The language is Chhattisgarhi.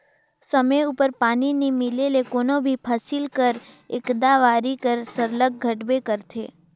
समे उपर पानी नी मिले ले कोनो भी फसिल कर पएदावारी हर सरलग घटबे करथे